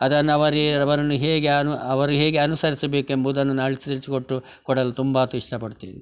ಅದನ್ನವರೇ ಅವರನ್ನು ಹೇಗೆ ಅವರು ಹೇಗೆ ಅನುಸರಿಸಬೇಕೆಂಬುದನ್ನು ನಾನು ತಿಳಿಸಿಕೊಟ್ಟು ಕೊಡಲು ತುಂಬ ಇಷ್ಟಪಡ್ತೇನೆ